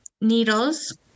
Needles